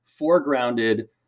foregrounded